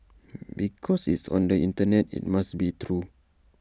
because it's on the Internet IT must be true